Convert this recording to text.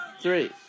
three